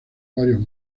varios